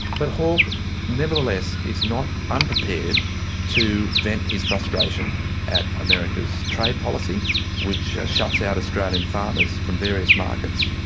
but hawke nevertheless is not unprepared to vent his frustration at america's trade policy which shuts out australian farmers from various markets,